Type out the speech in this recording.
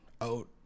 out